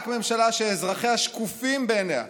רק ממשלה שאזרחיה שקופים בעיניה,